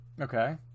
okay